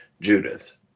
Judith